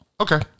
Okay